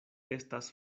estas